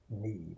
need